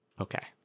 Okay